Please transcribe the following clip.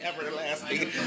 everlasting